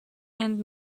and